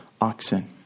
oxen